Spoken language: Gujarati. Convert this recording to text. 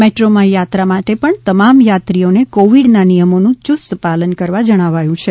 મેટ્રો માં યાત્રા માટે પણ તમામ યાત્રીઓને કોવિડના નિયમોનું યુસ્ત પાલન કરવા જણાવાયું છે